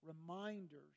reminders